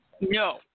no